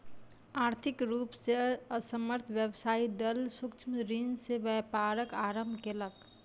आर्थिक रूप से असमर्थ व्यवसायी दल सूक्ष्म ऋण से व्यापारक आरम्भ केलक